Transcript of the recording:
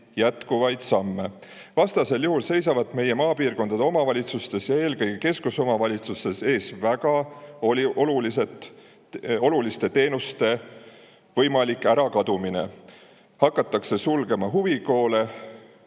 jätkuvaid samme. Vastasel juhul seisab meie maapiirkondade omavalitsustes ja eelkõige keskusomavalitsustes ees väga oluliste teenuste võimalik kadumine, hakatakse sulgema huvikoole